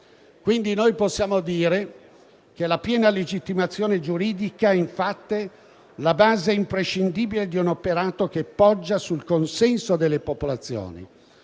quindi dire che la piena legittimazione giuridica è la base imprescindibile di un operato che poggia sul consenso delle popolazioni.